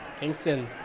Kingston